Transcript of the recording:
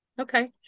Okay